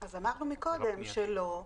אז אמרנו מקודם שלא,